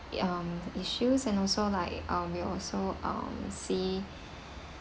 um the issues and also like um we'll also um see